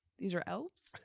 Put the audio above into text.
these are elves.